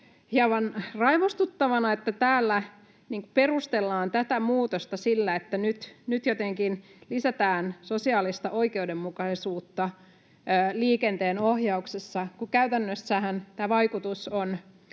hieman raivostuttavana, että täällä perustellaan tätä muutosta sillä, että nyt jotenkin lisätään sosiaalista oikeudenmukaisuutta liikenteen ohjauksessa, kun käytännössähän tämä vaikutus on